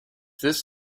this